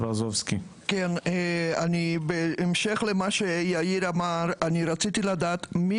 אני בהמשך למה שיאיר אמר אני רציתי לדעת מי